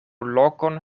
lokon